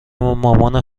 مامان